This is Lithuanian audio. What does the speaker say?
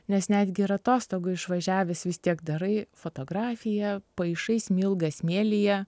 nes netgi ir atostogų išvažiavęs vis tiek darai fotografiją paišai smilga smėlyje